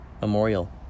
memorial